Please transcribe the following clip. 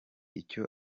icyo